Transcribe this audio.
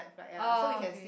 oh okay